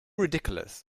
ridiculous